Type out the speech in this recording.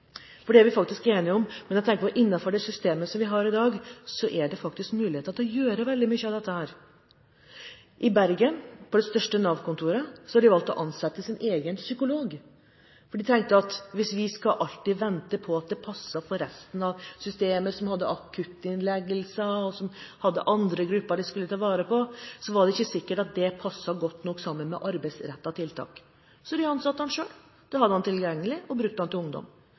for det er vi faktisk enige om – men jeg tenker at innenfor det systemet vi har i dag, er det faktisk muligheter til å gjøre veldig mye av dette. På det største Nav-kontoret i Bergen har de valgt å ansette sin egen psykolog. De tenkte at hvis de alltid skulle vente på at det passet for resten av systemet, som har akuttinnleggelser og andre grupper de skal ta vare på, var det ikke sikkert at det passet godt nok sammen med arbeidsrettede tiltak, så de ansatte ham selv. De hadde ham tilgjengelig og brukte ham til ungdom.